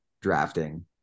drafting